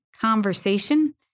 conversation